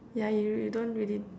yeah y~ you you don't really